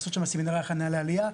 לעשות שם סמינרי הכנה לעלייה.